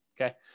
okay